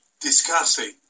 discussing